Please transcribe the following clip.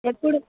ఎప్పుడు